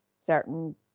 certain